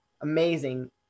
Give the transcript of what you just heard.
amazing